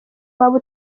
waba